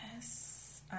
Yes